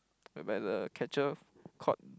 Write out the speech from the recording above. whereby the catcher caught